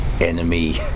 enemy